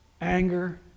anger